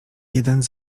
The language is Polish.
jeden